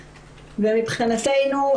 ומבחינתנו,